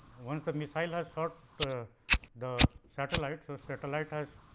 once the missile has short the the satellite. so, satellite has